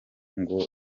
ngo